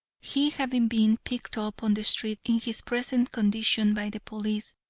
he having been picked up on the street in his present condition by the police,